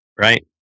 Right